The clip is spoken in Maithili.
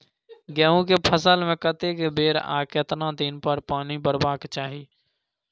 गेहूं के फसल मे कतेक बेर आ केतना दिन पर पानी परबाक चाही?